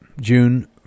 June